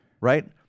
Right